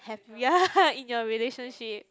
have ya in your relationship